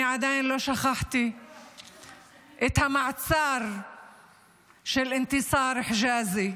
אני עדיין לא שכחתי את המעצר של אנתסאר חג'אזי,